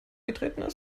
aufgetreten